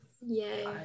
Yay